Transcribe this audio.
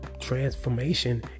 Transformation